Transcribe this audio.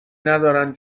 ندارن